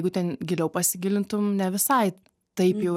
jeigu ten giliau pasigilintum ne visai taip jau